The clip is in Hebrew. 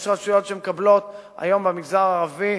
יש רשויות שמקבלות, היום במגזר הערבי,